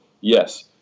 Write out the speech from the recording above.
Yes